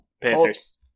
Panthers